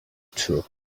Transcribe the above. tour